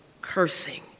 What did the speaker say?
cursing